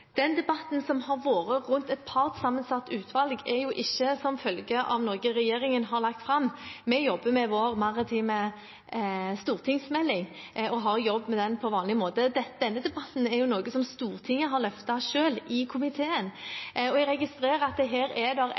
Den debatten som har vært om et partssammensatt utvalg, har ikke skjedd som følge av noe som regjeringen har lagt fram. Vi jobber med vår maritime stortingsmelding og har jobbet med den på vanlig måte. Denne debatten er noe som Stortinget selv har løftet i komiteen, og jeg registrerer at det er en uenighet. Jeg mener at partene her